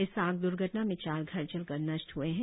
इस आग द्र्घटना में चार घर जलकर नष्ट ह्ए है